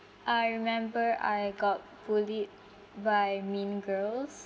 I remember I got bullied by mean girls